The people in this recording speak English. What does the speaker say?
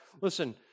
listen